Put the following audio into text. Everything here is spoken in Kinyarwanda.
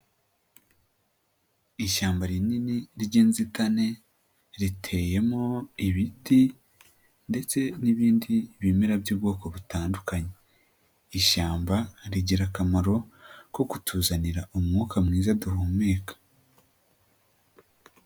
Ishyamba rinini ry'ininzitane riteyemo ibiti ndetse n'ibindi bimera by'ubwoko butandukanye. Ishyamba rigira akamaro ko kutuzanira umwuka mwiza duhumeka.